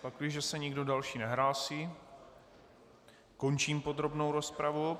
Pakliže se nikdo další nehlásí, končím podrobnou rozpravu.